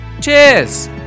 cheers